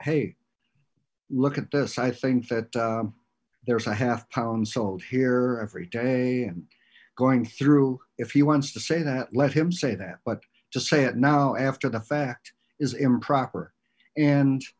hey look at this i think that there's a half pound sold here every day and going through if he wants to say that let him say that but to say it now after the fact is improper and